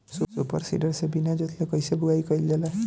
Super seeder से बीना जोतले कईसे बुआई कयिल जाला?